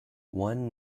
one